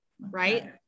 Right